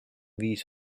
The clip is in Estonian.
viis